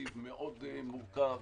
לתקציב מאוד מורכב,